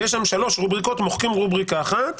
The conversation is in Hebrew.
יש שם שלוש רובריקות, מוחקים רובריקה אחת,